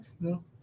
No